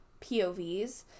povs